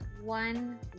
one